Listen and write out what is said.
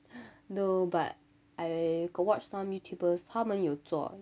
no but I got watch some youtubers 他们有做